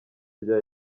rya